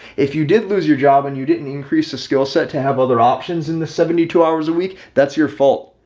if you did lose your job and you didn't increase the skill set to have other options in the seventy two hours a week, that's your fault.